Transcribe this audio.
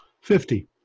Fifty